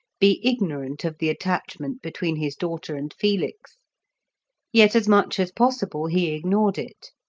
be ignorant of the attachment between his daughter and felix yet as much as possible he ignored it.